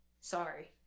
Sorry